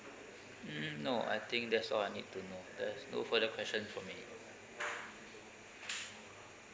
mm no I think that's all I need to know there's no further question from me